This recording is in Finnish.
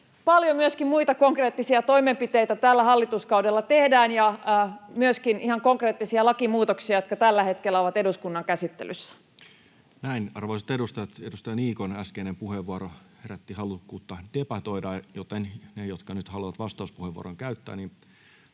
Paljon myöskin muita konkreettisia toimenpiteitä tällä hallituskaudella tehdään ja myöskin ihan konkreettisia lakimuutoksia, jotka tällä hetkellä ovat eduskunnan käsittelyssä. Näin. — Arvoisat edustajat, edustaja Niikon äskeinen puheenvuoro herätti halukkuutta debatoida, joten ne, jotka nyt haluavat vastauspuheenvuoron käyttää,